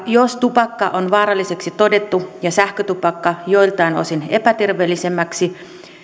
jos tupakka on vaaralliseksi todettu ja sähkötupakka joiltain osin terveellisemmäksi